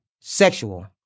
sexual